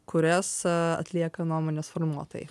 kurias atlieka nuomonės formuotojai